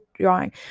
drawing